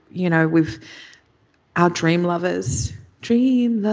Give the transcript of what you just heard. you know, with our dream lovers dream